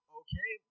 okay